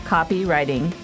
Copywriting